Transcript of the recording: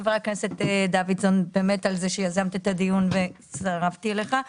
חבר הכנסת דוידסון באמת על זה שיזמת את הדיון והצטרפתי אליך,